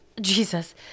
Jesus